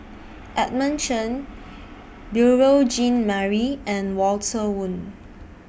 Edmund Chen Beurel Jean Marie and Walter Woon